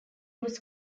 was